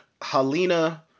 Halina